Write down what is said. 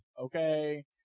Okay